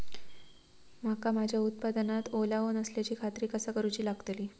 मका माझ्या उत्पादनात ओलावो नसल्याची खात्री कसा करुची लागतली?